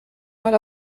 mal